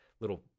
little